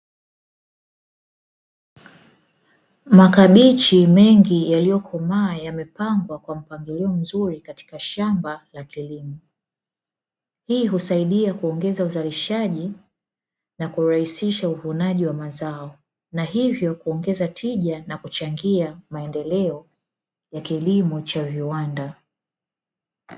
Makabichi mengi yaliyokomaa yamepangwa kwa mpangilio mzuri katika shamba la kilimo, hii husaidia kuongeza uzalishaji na kurahisisha uvunaji wa mazao na hivyo kuongeza tija na kuchangia maendeleo ya kilimo cha viwanda.